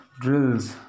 drills